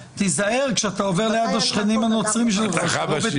לאט לאט.